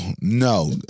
no